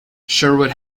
sherwood